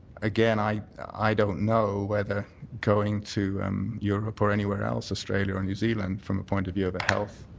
again, i i don't know whether going to um europe or anywhere else, australia or new zealand from the point of yeah of a health